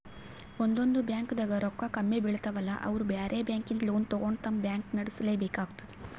ಒಂದೊಂದ್ ಬ್ಯಾಂಕ್ದಾಗ್ ರೊಕ್ಕ ಕಮ್ಮಿ ಬೀಳ್ತಾವಲಾ ಅವ್ರ್ ಬ್ಯಾರೆ ಬ್ಯಾಂಕಿಂದ್ ಲೋನ್ ತಗೊಂಡ್ ತಮ್ ಬ್ಯಾಂಕ್ ನಡ್ಸಲೆಬೇಕಾತದ್